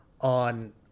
on